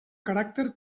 caràcter